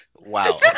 wow